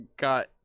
got